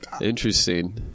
Interesting